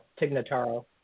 Tignataro